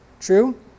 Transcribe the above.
True